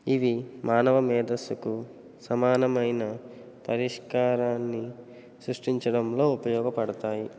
ఇవి మానవ మేదస్సుకు సమానమైన పరిష్కారాన్ని సృష్టించడంలో ఉపయోగపడతాయి